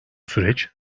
süreç